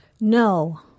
No